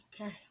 Okay